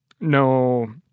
no